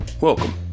welcome